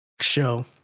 show